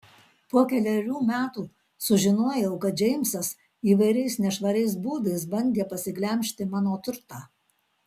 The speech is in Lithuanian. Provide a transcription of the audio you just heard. po kelerių metų sužinojau kad džeimsas įvairiais nešvariais būdais bandė pasiglemžti mano turtą